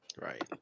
Right